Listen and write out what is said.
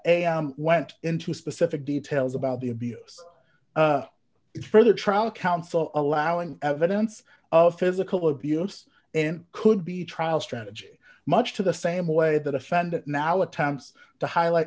am went into specific details about the abuse for the trial counsel allowing evidence of physical abuse and could be trial strategy much to the same way that offend now attempts to highlight